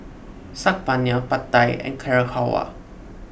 Saag Paneer Pad Thai and Carrot Halwa